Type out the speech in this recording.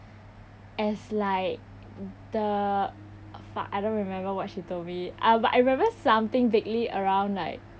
as like the fuck I don't remember what she told me uh but I remember something vaguely around like